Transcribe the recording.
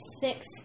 six